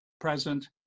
present